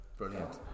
brilliant